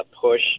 push